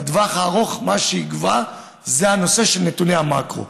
בטווח הארוך מה שיקבע זה הנושא של נתוני המקרו.